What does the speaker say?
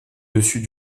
dessus